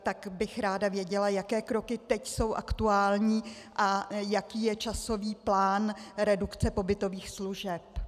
Tak bych ráda věděla, jaké kroky teď jsou aktuální a jaký je časový plán redukce pobytových služeb.